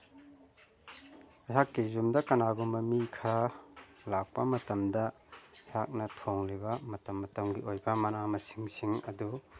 ꯑꯩꯍꯥꯛꯀꯤ ꯌꯨꯝꯗ ꯀꯅꯥꯒꯨꯝꯕ ꯃꯤ ꯈꯔ ꯂꯥꯛꯄ ꯃꯇꯝꯗ ꯑꯩꯍꯥꯛꯅ ꯊꯣꯡꯂꯤꯕ ꯃꯇꯝ ꯃꯇꯝꯒꯤ ꯑꯣꯏꯕ ꯃꯅꯥ ꯃꯁꯤꯡꯁꯤꯡ ꯑꯗꯨ